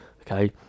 okay